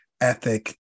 ethic